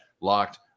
locked